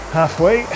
halfway